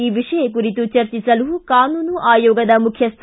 ಈ ವಿಷಯ ಕುರಿತು ಚರ್ಚಿಸಲು ಕಾನೂನು ಆಯೋಗದ ಮುಖ್ಯಸ್ಥ